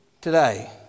today